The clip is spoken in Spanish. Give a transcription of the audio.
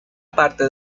parte